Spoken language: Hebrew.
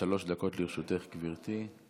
שלוש דקות לרשותך, גברתי.